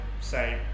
say